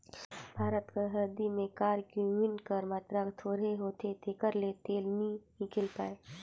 भारत कर हरदी में करक्यूमिन कर मातरा थोरहें होथे तेकर ले तेल नी हिंकेल पाए